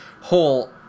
whole